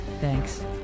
Thanks